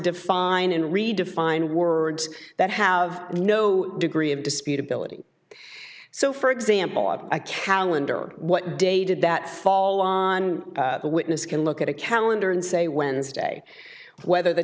define and redefine words that have no degree of dispute ability so for example on a calendar what day did that fall on the witness can look at a calendar and say wednesday whether the